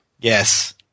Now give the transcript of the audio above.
Yes